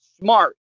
smart